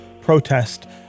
protest